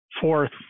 Fourth